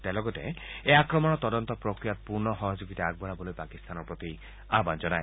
তেওঁ লগতে এই আক্ৰমণৰ তদন্ত প্ৰক্ৰিয়াত পূৰ্ণ সহযোগিতা আগবঢ়ালৈ পাকিস্তানৰ প্ৰতি আহান জনায়